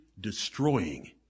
Destroying